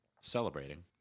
Celebrating